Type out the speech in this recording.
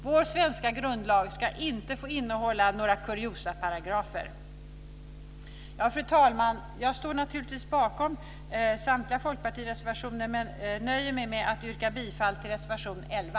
Vår svenska grundlag ska inte få innehålla några kuriosaparagrafer. Fru talman! Jag står naturligtvis bakom samtliga folkpartireservationer men nöjer mig med att yrka bifall till reservation 11.